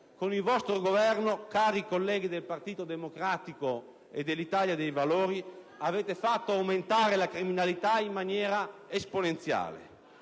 Con il vostro Governo, cari colleghi del Partito Democratico e dell'Italia dei Valori, avete fatto aumentare la criminalità in maniera esponenziale.